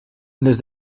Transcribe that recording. les